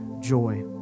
joy